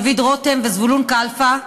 דוד רותם וזבולון כלפה,